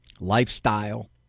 lifestyle